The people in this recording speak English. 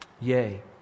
Yea